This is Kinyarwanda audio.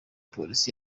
polisi